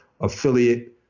affiliate